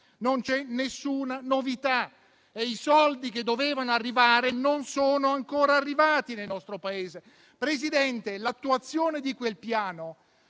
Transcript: non c'è nessuna novità e i soldi che dovevano arrivare non sono ancora arrivati nel nostro Paese. Presidente, l'attuazione di quel Piano